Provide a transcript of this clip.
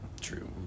True